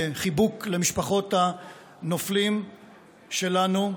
וחיבוק למשפחות הנופלים שלנו.